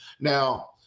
Now